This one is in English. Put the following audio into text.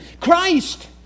Christ